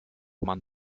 man